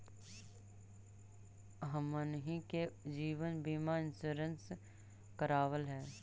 हमनहि के जिवन बिमा इंश्योरेंस करावल है?